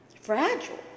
fragile